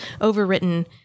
overwritten